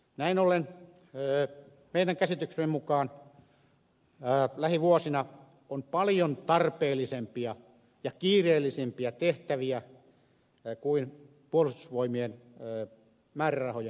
näin ollen meidän käsityksemme mukaan lähivuosina on paljon tarpeellisempia ja kiireellisempiä tehtäviä kuin puolustusvoimien määrärahojen korottaminen